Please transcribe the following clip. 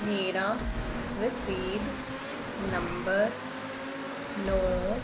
ਮੇਰਾ ਰਸੀਦ ਨੰਬਰ ਨੌਂ